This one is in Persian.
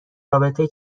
رابطه